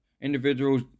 individuals